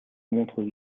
montrent